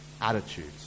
attitudes